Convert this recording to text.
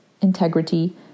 Integrity